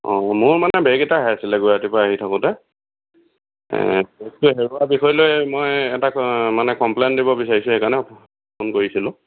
অঁ মোৰ মানে বেগ এটা হেৰাইছিল গুৱাহাটীৰ পৰা আহি থাকোতে বস্তু হেৰোৱা বিষয় লৈ মই এটা মানে কম্প্লেন দিব বিছাৰিছোঁ সেইকাৰনে ফোন কৰিছিলোঁ